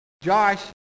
Josh